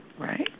right